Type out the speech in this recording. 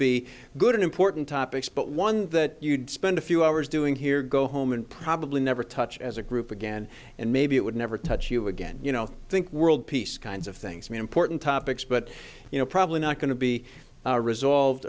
be good and important topics but one that you'd spend a few hours doing here go home and probably never touch as a group again and maybe it would never touch you again you know think world peace kinds of things mean important topics but you know probably not going to be resolved